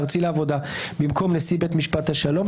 בית הדין הארצי לעבודה במקום נשיא בית משפט השלום,